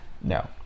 No